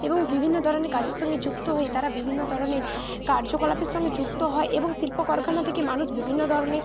এবং বিভিন্ন ধরনের কাজের সঙ্গে যুক্ত হয়ে তারা বিভিন্ন ধরনের কার্যকলাপের সঙ্গে যুক্ত হয় এবং শিল্প করখানা থেকে মানুষ বিভিন্ন ধরনের